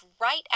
right